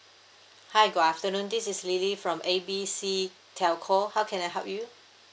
hi good afternoon this is lily from A B C telco how can I help you